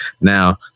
Now